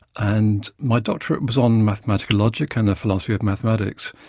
and my doctorate was on mathematical logic and the philosophy of mathematics,